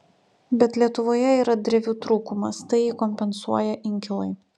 bet lietuvoje yra drevių trūkumas tai jį kompensuoja inkilai